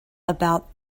about